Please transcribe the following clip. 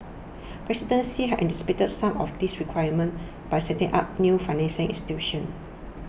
President Xi has anticipated some of these requirements by setting up new financing institutions